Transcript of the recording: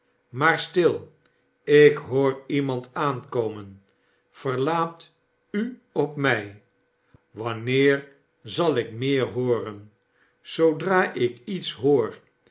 maar stil ik hoor iemand aankomen verlaat u op mij wanneer zal ik meer hooren zoodra ik iets hoor